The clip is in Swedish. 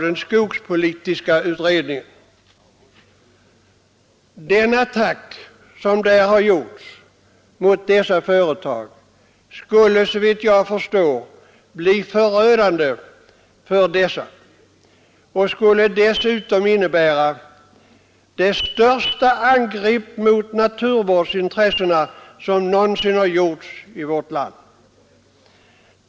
Den attack som där har gjorts mot dessa företag skulle, såvitt jag förstår, bli förödande för dessa och skulle dessutom innebära det största angrepp mot naturvårdsintressena som någonsin har företagits i vårt land.